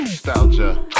Nostalgia